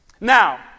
Now